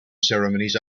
ceremonies